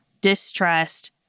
distrust